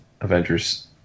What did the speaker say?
Avengers